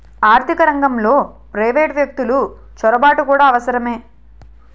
ఆర్థిక రంగంలో ప్రైవేటు వ్యక్తులు చొరబాటు కూడా అవసరమే